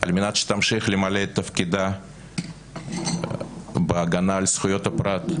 על מנת שתמשיך למלא את תפקידה בהגנה על זכויות הפרט,